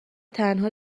تنها